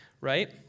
right